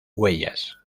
huellas